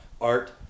art